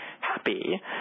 happy